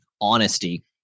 honesty